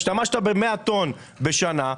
השתמשת ב-10 טון בשנה,